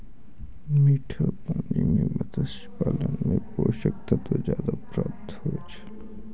मीठा पानी मे मत्स्य पालन मे पोषक तत्व ज्यादा प्राप्त हुवै छै